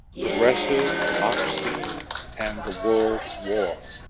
progressive democracy and the world war